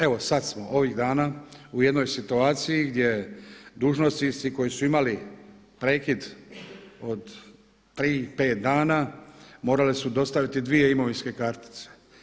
Evo sada smo ovih dana u jednoj situaciji gdje dužnosnici koji su imali prekid od tri, pet dana morali su dostaviti dvije imovinske kartice.